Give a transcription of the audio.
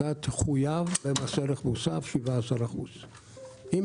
אתה תחויב במס ערך מוסף של 17%. אם